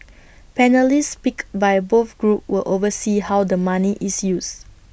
panellists picked by both groups will oversee how the money is used